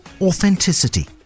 Authenticity